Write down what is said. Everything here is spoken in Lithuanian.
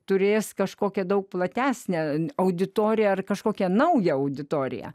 turės kažkokią daug platesnę auditoriją ar kažkokią naują auditoriją